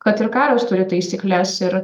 kad ir karas turi taisykles ir